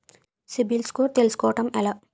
CIBIL score తెల్సుకోటం ఎలా?